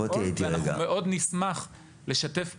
אנחנו מאוד נשמח לשתף פעולה,